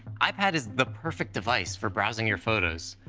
ipad is the perfect device for browsing your photos.